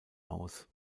aus